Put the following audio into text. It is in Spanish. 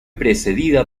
precedida